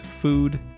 food